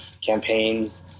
campaigns